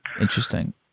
Interesting